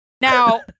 Now